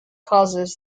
causes